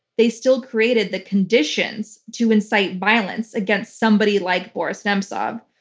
they still created the conditions to incite violence against somebody like boris nemtsov.